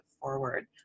forward